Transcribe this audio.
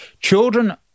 Children